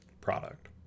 product